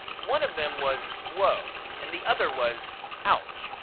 one of them was whoa and the other was ouch,